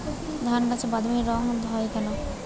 ধানগাছে বাদামী দাগ হয় কেন?